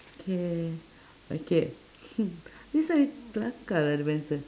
K okay this one kelakar lah dia punya answer